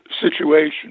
situation